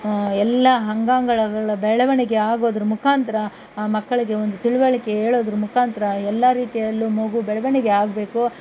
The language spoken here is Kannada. ಎಲ್ಲ ಅಂಗಾಂಗಳಗಳ ಬೆಳವಣಿಗೆ ಆಗೋದ್ರ ಮುಖಾಂತರ ಮಕ್ಕಳಿಗೆ ಒಂದು ತಿಳುವಳಿಕೆ ಹೇಳೋದ್ರ ಮುಖಾಂತರ ಎಲ್ಲ ರೀತಿಯಲ್ಲೂ ಮಗು ಬೆಳವಣಿಗೆ ಆಗಬೇಕು